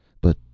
But